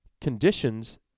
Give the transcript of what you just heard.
conditions